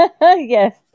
Yes